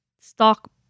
stock